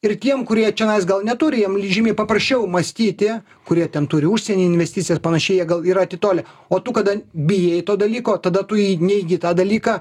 ir tiem kurie čionai gal neturi jiem žymiai paprasčiau mąstyti kurie ten turi užsieny investicijas panašiai jie gal yra atitolę o tu kada bijai to dalyko tada tu jį neigi tą dalyką